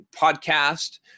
podcast